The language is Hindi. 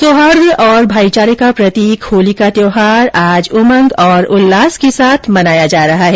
सौहार्द और भाईचारे का प्रतीक होली का त्यौहार आज उमंग और उल्लास के साथ मनाया जा रहा है